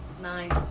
Nine